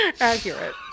Accurate